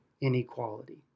inequality